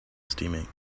steaming